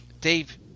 Dave